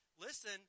Listen